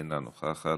אינה נוכחת,